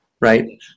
Right